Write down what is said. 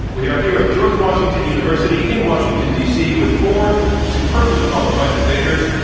we are here at george washington university in washington, d. c. with four superbly qualified debaters